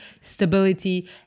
stability